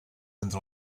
entre